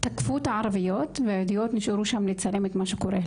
תקפו את הערביות והיהודיות נשארו שם לצלם את מה שקורה,